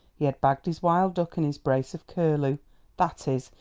he had bagged his wild duck and his brace of curlew that is,